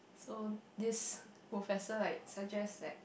so this professor like suggest that